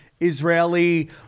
Israeli